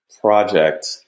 project